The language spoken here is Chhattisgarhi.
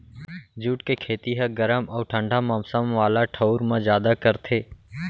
जूट के खेती ह गरम अउ ठंडा मौसम वाला ठऊर म जादा करथे